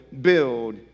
build